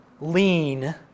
lean